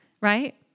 Right